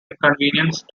inconvenience